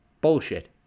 bullshit